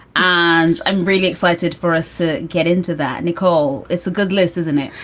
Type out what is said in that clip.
and i'm really excited for us to get into that. nicole? it's a good list, isn't it?